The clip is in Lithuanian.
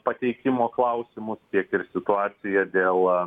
pateikimo klausimus tiek ir situacija dėl